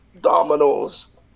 Dominoes